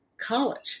college